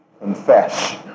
confess